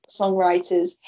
songwriters